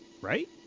Right